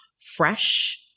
fresh